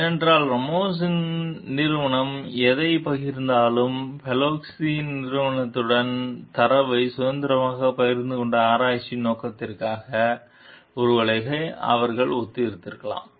ஏனென்றால் ராமோஸின் நிறுவனம் எதைப் பகிர்ந்திருந்தாலும் போலின்ஸ்கியின் நிறுவனத்துடன் தரவை சுதந்திரமாகப் பகிர்ந்து கொண்டது ஆராய்ச்சியின் நோக்கத்திற்காக ஒருவேளை அவர்கள் ஒத்துழைத்திருக்கலாம்